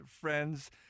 friends